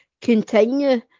continue